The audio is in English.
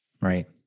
Right